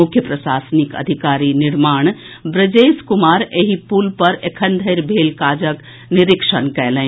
मुख्य प्रशासनिक अधिकारी निर्माण बृजेश कुमार एहि पुल पर एखन धरि भेल काजक निरीक्षण कयलनि